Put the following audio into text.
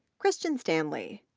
christian stanley,